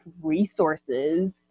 resources